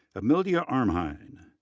amelia amrhein,